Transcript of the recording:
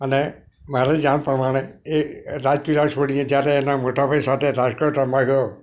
અને મારી જાણ પ્રમાણે એ રાજપીપળા છોડી જ્યારે એના મોટા ભાઈ સાથે રાજકોટ રમવા ગયો